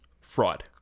fraud